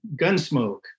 Gunsmoke